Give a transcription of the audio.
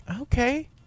okay